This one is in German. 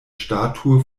statue